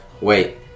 Wait